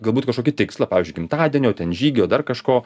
galbūt kažkokį tikslą pavyzdžiui gimtadienio ten žygio dar kažko